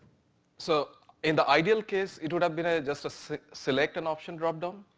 so in the ideal case, it would have been ah just a select an option drop down,